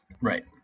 Right